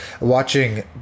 watching